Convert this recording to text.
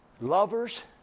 Lovers